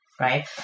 right